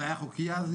זה היה חוקי אז,